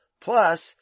plus